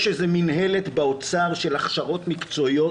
יש איזו מינהלת באוצר של הכשרות מקצועיות,